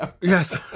Yes